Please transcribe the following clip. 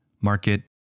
market